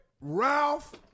Ralph